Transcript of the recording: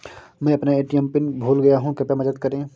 मैं अपना ATM pin भूल गया हूँ, कृपया मदद करें